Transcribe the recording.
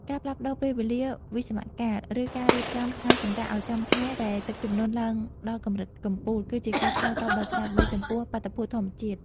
ការផ្លាស់ប្តូរពេលវេលាវិស្សមកាល ឬការរៀបចំថ្ងៃសម្រាកឱ្យចំខែដែលទឹកជំនន់ឡើងដល់កម្រិតកំពូល គឺជាការឆ្លើយតបដ៏ឆ្លាតវៃចំពោះបាតុភូតធម្មជាតិ។